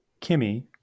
Kimmy